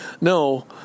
No